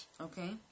Okay